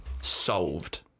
Solved